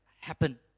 happen